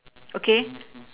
okay